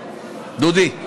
דודי.